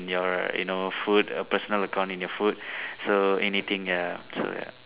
in your you know food a personal account in your food so anything ya so ya